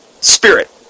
spirit